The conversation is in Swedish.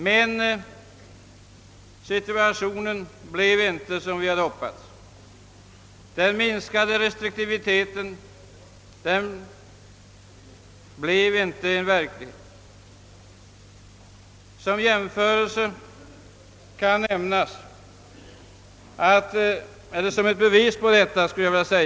Men resultatet blev inte det vi hade hoppats; restriktiviteten blev inte mindre.